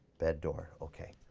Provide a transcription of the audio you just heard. bed door, okay.